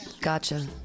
Gotcha